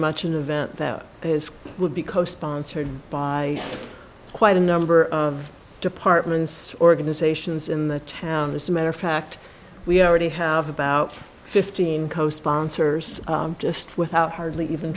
much an event that would be co sponsored by quite a number of departments organizations in the town this is a matter of fact we already have about fifteen co sponsors just without hardly even